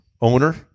owner